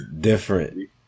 different